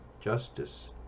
justice